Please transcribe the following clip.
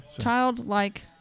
Childlike